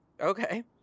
Okay